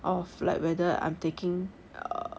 of like whether I'm taking err